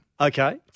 Okay